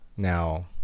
now